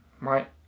right